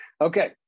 Okay